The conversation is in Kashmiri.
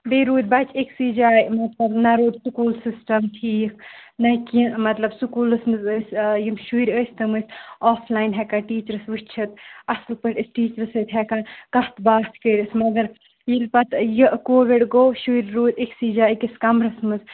بیٚیہِ روٗدۍ بَچہِ أکسٕے جایہِ مطلب نہ روٗدۍ سکوٗل سِسٹم ٹھیٖک نہ کینہہ مطلب سکوٗلس منز ٲسۍ یِم شُرۍ ٲسۍ تِم ٲسۍ آف لاین ہیکان ٹیچرس وٕچھتھ اصل پٲٹھۍ ٲسۍ ٹیچرس سۭتۍ ہٮ۪کان کَتھ باتھ کٔرتھ مگر ییٚلہِ پتہٕ یہِ کووِڑ گوٚو شُرۍ روٗدۍ أکسٕے جایہِ أکس کَمرس منز